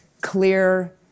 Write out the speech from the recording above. Clear